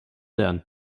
lernen